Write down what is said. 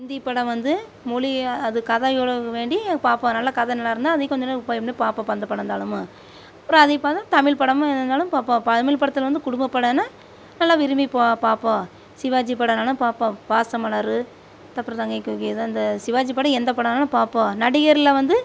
இந்தி படம் வந்து மொழிய அது கதை உள வேண்டி பார்ப்போம் நல்ல கதை நல்லாயிருந்தா அதையும் கொஞ்சம் நேரம் பார்ப்போம் ப எந்த படம் இருந்தாலும் அப்புறம் அதையும் பார்த்தா தமிழ் படம் இருந்தாலும் பார்ப்போம் பா தமிழ் படத்தில் வந்து குடும்ப படம்னா நல்லா விரும்பி பா பார்ப்போம் சிவாஜி படம்னாலும் பார்ப்போம் பாசமலர் அந்த சிவாஜி படம் எந்த படம்னாலும் பார்ப்போம் நடிகரில் வந்து